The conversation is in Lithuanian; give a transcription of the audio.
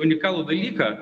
unikalų dalyką